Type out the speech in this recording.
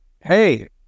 Hey